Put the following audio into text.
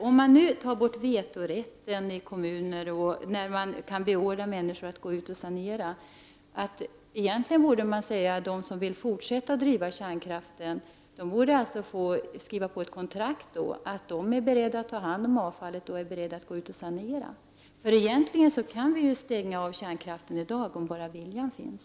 Om man nu tar bort vetorätten i kommunerna och när man kan beordra människor att gå ut och sanera, borde man egentligen säga att de som vill fortsätta att driva kärnkraften skulle få skriva på ett kontrakt om att de är beredda att ta hand om avfallet och att gå ut och sanera. Kärnkraften kan vi egentligen stänga av i dag, om bara viljan finns.